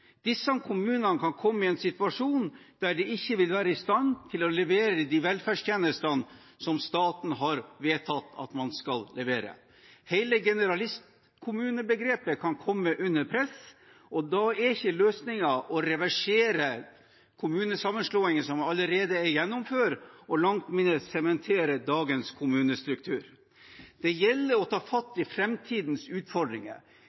Disse kommunene kan komme i en situasjon der de ikke vil være i stand til å levere de velferdstjenestene som staten har vedtatt at man skal levere. Hele generalistkommunebegrepet kan komme under press, og da er ikke løsningen å reversere kommunesammenslåinger som allerede er gjennomført, og langt mindre sementere dagens kommunestruktur. Det gjelder å ta fatt i framtidens utfordringer.